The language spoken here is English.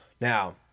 Now